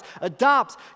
adopts